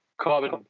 carbon